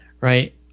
Right